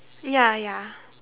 ya ya